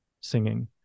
singing